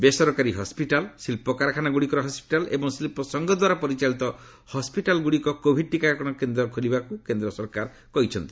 ବେସରକାରୀ ହସ୍କିଟାଲ ଶିଳ୍ପ କାରଖାନାଗୁଡ଼ିକର ହସ୍କିଟାଲ ଏବଂ ଶିଳ୍ପ ସଂଘ ଦ୍ୱାରା ପରିଚାଳିତ ହସ୍କିଟାଲଗୁଡ଼ିକ କୋଭିଡ ଟିକାକରଣ କେନ୍ଦ୍ର ଖୋଲିବାକୁ କେନ୍ଦ୍ର ସରକାର କହିଛନ୍ତି